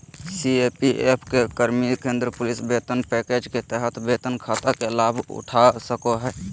CAPF के कर्मि केंद्रीय पुलिस वेतन पैकेज के तहत वेतन खाता के लाभउठा सको हइ